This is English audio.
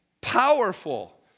powerful